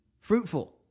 fruitful